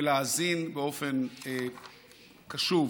ולהאזין באופן קשוב.